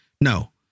No